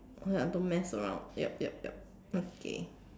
okay I don't mess around yup yup yup okay